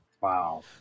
Wow